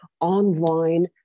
online